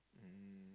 mm